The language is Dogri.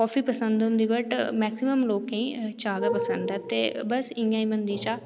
कॉफी पसंद होंदी वट् मेक्सीमम लोकें गी चाह् पसंद करदे बस इं'या गै बनदी चाह्